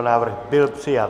Návrh byl přijat.